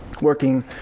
Working